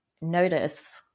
notice